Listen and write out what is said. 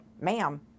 ma'am